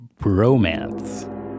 bromance